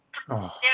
!wah!